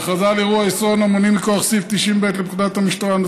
הכרזה על אירוע אסון המוני מכוח סעיף 90ב לפקודת המשטרה ,